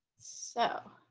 so.